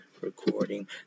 recording